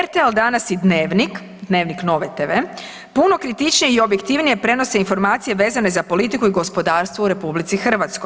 RTL Danas i Dnevnik, Dnevnik Nove TV puno kritičnije i objektivnije prenose informacije vezano uz politiku i gospodarstvo u RH.